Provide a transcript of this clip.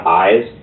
eyes